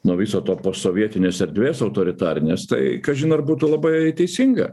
nuo viso to posovietinės erdvės autoritarinės tai kažin ar būtų labai teisinga